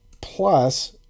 plus